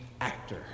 actor